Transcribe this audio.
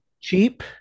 cheap